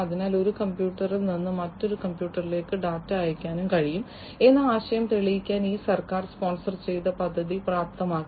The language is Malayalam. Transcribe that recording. അതിനാൽ ഒരു കമ്പ്യൂട്ടറിൽ നിന്ന് മറ്റൊരു കമ്പ്യൂട്ടറിലേക്ക് ഡാറ്റ അയയ്ക്കാൻ കഴിയും എന്ന ആശയം തെളിയിക്കാൻ ഈ സർക്കാർ സ്പോൺസർ ചെയ്ത പദ്ധതി പ്രാപ്തമാക്കി